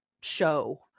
show